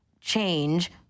change